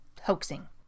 hoaxing